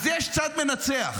אז יש צד מנצח.